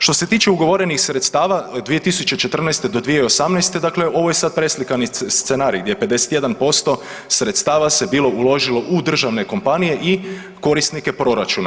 Što se tiče ugovorenih sredstava, 2014. do 2018., dakle ovo je sad preslikani scenarij gdje je 51% sredstava se bilo uložilo u državne kompanije i korisnike proračuna.